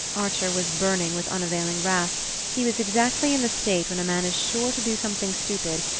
archer was burning with unavailing wrath he was exactly in the state when a man is sure to do something stupid,